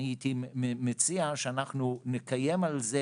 אני הייתי מציע שאנחנו נקיים על זה